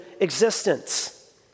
existence